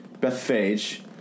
Bethphage